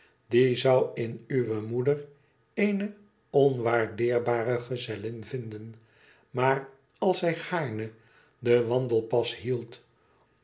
die zou in uwe moeder eene onwaardeerbare gezellin vinden maar als hij gaarne den wandelpas hield